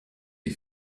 les